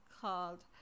called